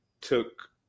took